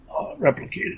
replicated